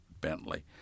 Bentley